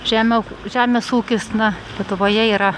žemiau k žemės ūkis na lietuvoje yra